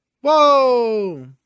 Whoa